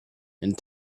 and